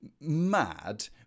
mad